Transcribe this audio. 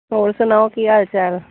ਹੋਰ ਸੁਣਾਓ ਕੀ ਹਾਲ ਚਾਲ